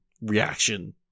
reaction